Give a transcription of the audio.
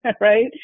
right